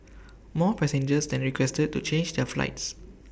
more passengers then requested to change their flights